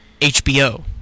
HBO